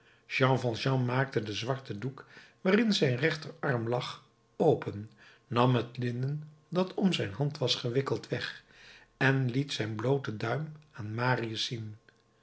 jean valjean maakte den zwarten doek waarin zijn rechterarm lag open nam het linnen dat om zijn hand was gewikkeld weg en liet zijn blooten duim aan marius zien